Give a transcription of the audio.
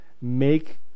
make